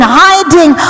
hiding